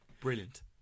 brilliant